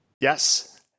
Yes